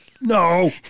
No